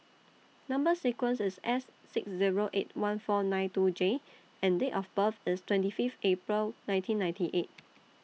Number sequence IS S six Zero eight one four nine two J and Date of birth IS twenty five April nineteen ninety eight